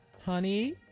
honey